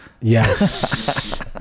Yes